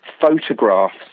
photographs